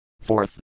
Fourth